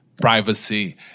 privacy